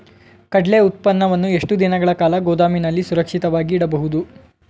ಕಡ್ಲೆ ಉತ್ಪನ್ನವನ್ನು ಎಷ್ಟು ದಿನಗಳ ಕಾಲ ಗೋದಾಮಿನಲ್ಲಿ ಸುರಕ್ಷಿತವಾಗಿ ಇಡಬಹುದು?